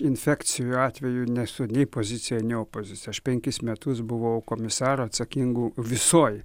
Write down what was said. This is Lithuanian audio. infekcijų atveju nesu nei pozicija nei opozicija aš penkis metus buvau komisaru atsakingu visoj